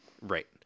Right